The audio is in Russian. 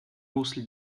русле